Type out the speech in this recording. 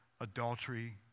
adultery